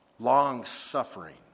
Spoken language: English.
Long-suffering